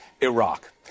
Iraq